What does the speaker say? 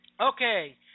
okay